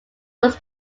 was